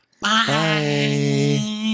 bye